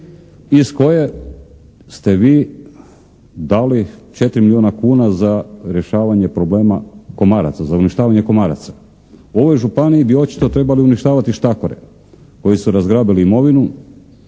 iz koje ste vi dali 4 milijuna kuna za rješavanje problema komaraca, za uništavanje komaraca. U ovoj županiji bi očito trebali uništavati štakore koji su razgrabili imovinu